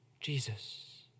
Jesus